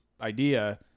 idea